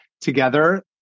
together